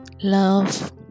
love